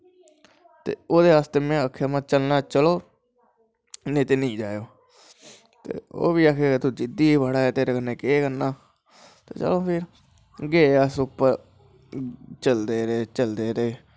ओह्दे आस्ते में आक्खेआ कि चलनां ते चलो ते ओ्ह बी आखन तूं जिद्दी गै बड़ां ऐं तेरे कन्नैं केह् करनां ते गे अस उप्पर चलदे रेह् चलदे रेह्